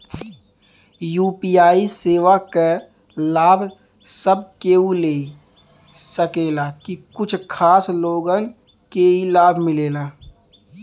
UPI सेवा क लाभ सब कोई ले सकेला की कुछ खास लोगन के ई लाभ मिलेला?